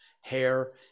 hair